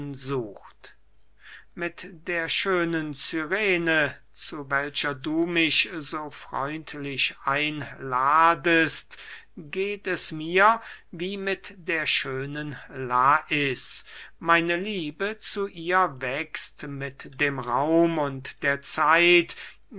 mit der schönen cyrene zu welcher du mich so freundlich einladest geht es mir wie mit der schönen lais meine liebe zu ihr wächst mit dem raum und der zeit